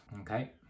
okay